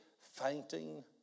fainting